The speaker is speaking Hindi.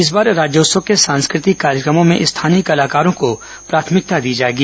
इस बार राज्योत्सव के सांस्कृतिक कार्यक्रमों में स्थानीय कलाकारों को प्राथमिकता दी जाएगी